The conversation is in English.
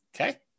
Okay